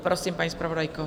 Prosím, paní zpravodajko.